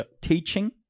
teaching